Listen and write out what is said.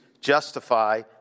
justify